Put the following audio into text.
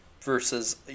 versus